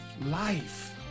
life